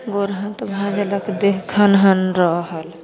गोर हाथ भाँजलक देह खनहन रहल